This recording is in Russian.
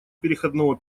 переходного